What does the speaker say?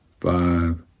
five